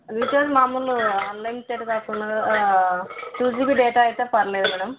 YouTube channel ఆన్లైన్తోటి వాడుకున్నా two GB data అయితే పర్లేదు మేడం